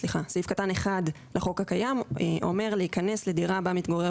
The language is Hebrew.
קטן (1) לחוק הקיים אומר "להיכנס לדירה בה מתגורר